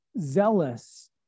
zealous